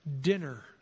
dinner